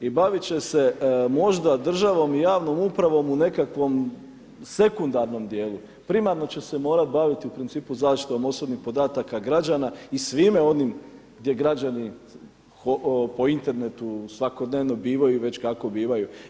I bavit će se možda državom i javnom upravom u nekakvom sekundarnom dijelu, primarno će se morati baviti u principu zaštitom osobnih podataka građana i svime onim gdje građani po Internetu svakodnevno bivaju i već kako bivaju.